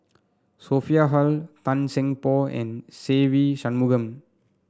Sophia Hull Tan Seng Poh and Se Ve Shanmugam